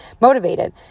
Motivated